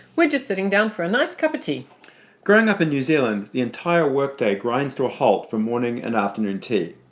we're just sitting down for a nice cup of tea growing up in new zealand, the entire workday grinds to a halt for morning and afternoon tea.